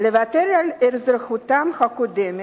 לוותר על אזרחותם הקודמת,